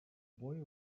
boy